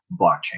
blockchain